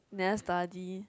never study